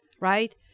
right